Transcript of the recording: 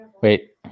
Wait